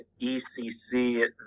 ECC